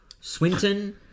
Swinton